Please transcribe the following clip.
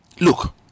Look